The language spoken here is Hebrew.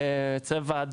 צבע,